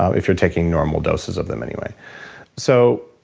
um if you're taking normal doses of them anyway so